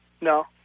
No